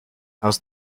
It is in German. aus